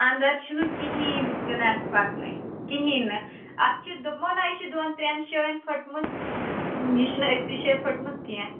اَنٛدَر چھُنہٕ کِہیٖنۍ تہِ نہٕ اَسہِ پَکٲنٕے کِہیٖنۍ نہٕ اَتھ چھِ دوٚپمو نہ یہِ چھُ دۄن ترٛٮ۪ن جایَن پھٔٹمٕژ یہِ چھُنہٕ أکۍسٕے جایہِ پھٔٹمٕژ کینٛہہ